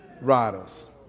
Riders